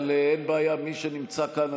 מי שנמצא כאן,